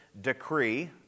decree